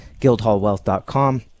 guildhallwealth.com